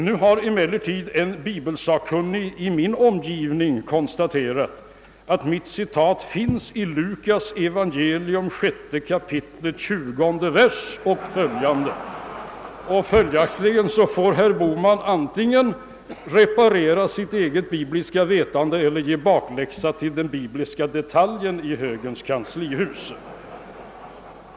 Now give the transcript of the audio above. Nu har emellertid en bibelsakkunnig i min omgivning konstaterat, att mitt citat finns i Lukas” evangelium 6 kap. 20 versen och följaktligen får herr Bohman antingen reparera sitt eget bibliska vetande eller ge bakläxa till den bibliska detaljen i högerns kansli.